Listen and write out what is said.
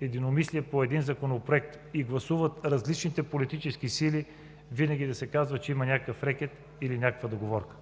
единомислие по един законопроект и гласуват различните политически сили, винаги да се казва, че има някакъв рекет или има някаква договорка.